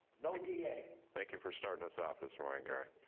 no da. thank you for starting us off this morning, gary.